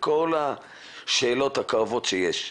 לכל השאלות הכואבות שיש.